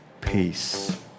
Peace